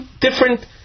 different